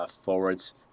forwards